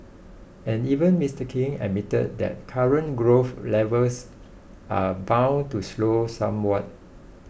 and even Mister King admitted that current growth levels are bound to slow somewhat